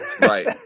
right